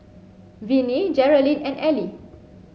Vinnie Jerilyn and Elie